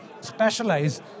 specialize